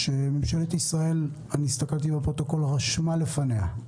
ממשלת ישראל, אני ראיתי בפרוטוקול, רשמה לפניה.